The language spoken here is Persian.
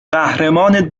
قهرمان